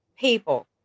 people